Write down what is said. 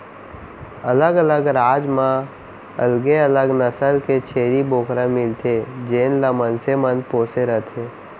अलग अलग राज म अलगे अलग नसल के छेरी बोकरा मिलथे जेन ल मनसे मन पोसे रथें